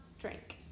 drink